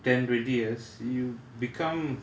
ten twenty years you become